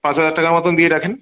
পাঁচ হাজার টাকার মতন দিয়ে রাখুন